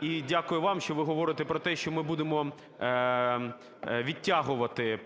І дякую вам, що ви говорите про те, що ми будемо відтягувати,